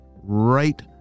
Right